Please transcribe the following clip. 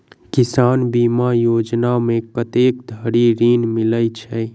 किसान बीमा योजना मे कत्ते धरि ऋण मिलय छै?